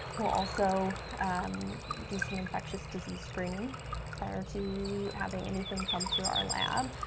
we'll also um do some infectious disease screening prior to having anything come through our lab.